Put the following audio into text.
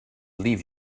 leave